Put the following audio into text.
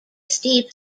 steep